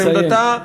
זו עמדתה,